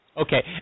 Okay